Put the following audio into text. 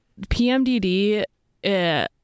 PMDD